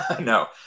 No